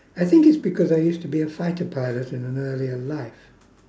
I think it's because I used to be a fighter pilot in another real life